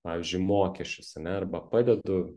pavyzdžiui mokesčius ane arba padedu